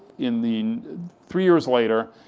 in the three years later,